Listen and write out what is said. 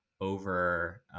over